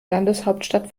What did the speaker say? landeshauptstadt